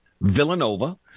Villanova